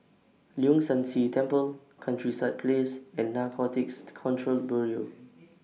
Leong San See Temple Countryside Place and Narcotics Control Bureau